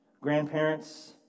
grandparents